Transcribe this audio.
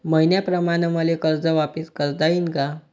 मईन्याप्रमाणं मले कर्ज वापिस करता येईन का?